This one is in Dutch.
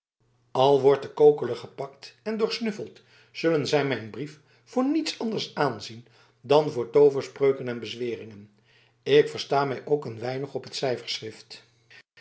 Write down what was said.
al wordt de kokeler gepakt en doorsnuffeld zullen zij mijn brief voor niets anders aanzien dan voor tooverspreuken en bezweringen ik versta mij ook een weinig op het